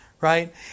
Right